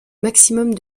maximum